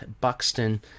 Buxton